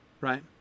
right